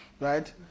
Right